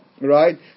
Right